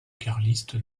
carliste